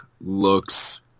looks